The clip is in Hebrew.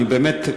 אני באמת,